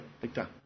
Victor